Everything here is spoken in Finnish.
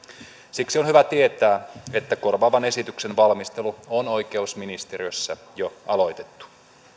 siksi on hyvä tietää että korvaavan esityksen valmistelu on oikeusministeriössä jo aloitettu